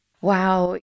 Wow